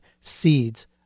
seeds